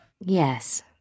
Yes